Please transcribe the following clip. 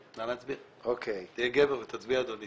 אני מתכבד לפתוח את ישיבת ועדת הכנסת בעניין